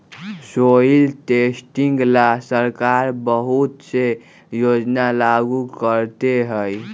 soil testing ला सरकार बहुत से योजना लागू करते हई